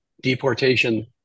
deportation